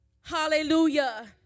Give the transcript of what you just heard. Hallelujah